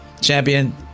champion